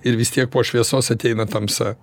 ir vis tiek po šviesos ateina tamsa